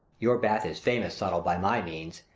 your bath is famous, subtle, by my means.